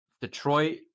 Detroit